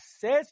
says